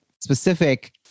specific